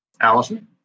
Allison